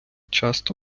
часто